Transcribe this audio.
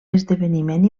esdeveniment